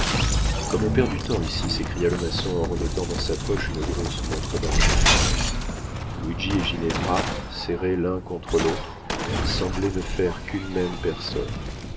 comme on perd du temps ici s'écria le maçon en remettant dans sa poche une grosse montre d'argent luigi et ginevra serrés l'un contre l'autre semblaient ne faire qu'une même personne